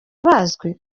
abazwe